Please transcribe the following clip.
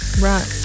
Right